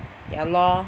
ya lor